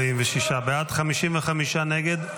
46 בעד, 55 נגד.